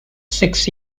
six